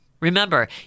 Remember